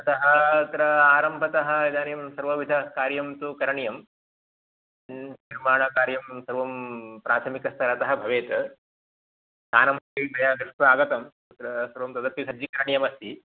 अतः अत्र आरम्भतः इदानीं सर्वविधकार्यं तु करणीयं निर्माणकार्यं सर्वं प्राथमिकस्तरतः भवेत् स्थानमपि मया दृष्ट्वा आगतं तत्र सर्वं तदपि सज्जीकरणीयमस्ति